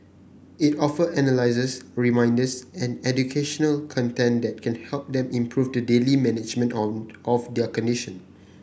it offer analyses reminders and educational content that can help them improve the daily management on of their condition